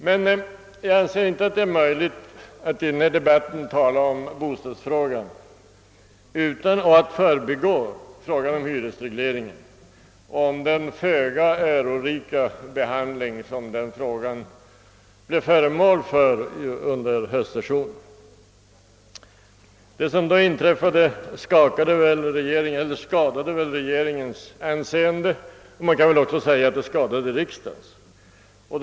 Men jag anser inte att det är möjligt att i denna debatt tala om bostadsfrågan och att därvid förbigå frågan om hyresregleringen och den föga ärorika behandling som den frågan blev föremål för under höstsessionen. Det som då inträffade skadade väl regeringens anseende och man kan väl också säga att det skadade riksdagens anseende.